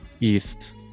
East